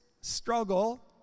struggle